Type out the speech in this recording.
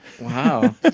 Wow